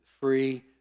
free